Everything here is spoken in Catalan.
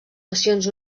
nacions